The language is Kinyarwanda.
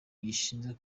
gishinzwe